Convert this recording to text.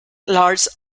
lars